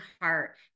heart